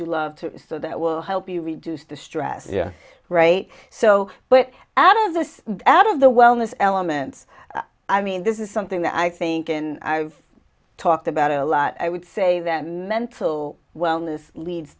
you love so that will help you reduce the stress yeah right so but out of this out of the wellness elements i mean this is something that i think and i've talked about a lot i would say that mental wellness leads